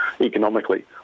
economically